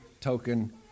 token